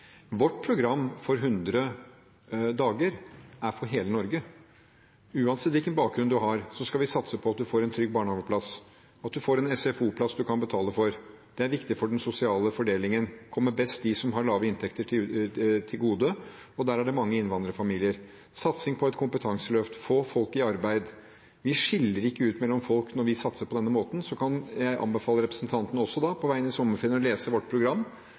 Vårt program for 100 dager er for hele Norge. Uansett hvilken bakgrunn man har, skal vi satse på at man får en trygg barnehageplass, at man får en SFO-plass man kan betale for. Det er viktig for den sosiale fordelingen. Det kommer mest de som har lave inntekter, til gode, og der er det mange innvandrerfamilier. Satsing på et kompetanseløft og å få folk i arbeid – vi skiller ikke mellom folk når vi satser på denne måten. Så kan jeg også anbefale representanten, på vei inn i sommerferien, å lese vårt program,